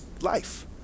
life